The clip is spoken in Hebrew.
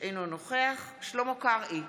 אינו נוכח שלמה קרעי,